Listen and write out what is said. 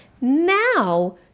Now